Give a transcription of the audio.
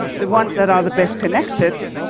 the ones that are the best-connected,